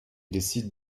décident